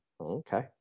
Okay